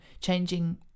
changing